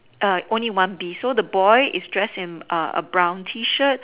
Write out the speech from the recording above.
err only one bee so the boy is dressed in err a brown T shirt